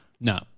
No